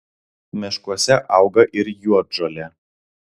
miškuose auga ir juodžolė